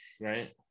right